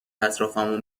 اطرافمو